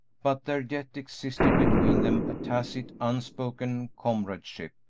but there yet existed between them a tacit, unspoken comradeship,